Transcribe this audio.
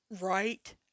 right